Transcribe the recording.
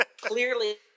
clearly